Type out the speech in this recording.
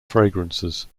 fragrances